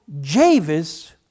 Javis